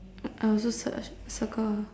I also search circle ah